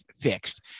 fixed